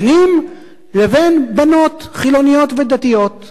בנים, לבין בנות חילוניות ודתיות.